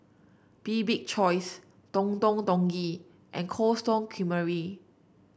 Bibik Choice Don Don Donki and Cold Stone Creamery